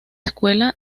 secuela